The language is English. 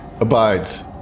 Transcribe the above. abides